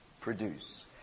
produce